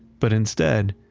but instead,